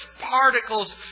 particles